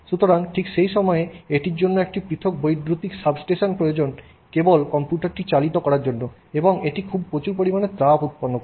সুতরাং ঠিক সেই সময়ে এটির জন্য একটি পৃথক বৈদ্যুতিক সাবস্টেশন প্রয়োজন কেবল কম্পিউটারটি চালিত করার জন্য এটি প্রচুর পরিমাণে তাপ উৎপন্ন করত